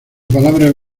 palabra